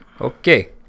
Okay